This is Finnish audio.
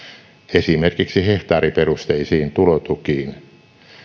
esimerkiksi hehtaariperusteisiin tulotukiin